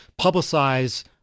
publicize